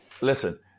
Listen